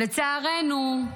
לצערנו,